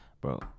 bro